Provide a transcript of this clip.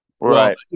Right